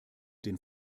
den